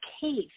case